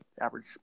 average